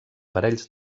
parells